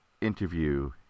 interview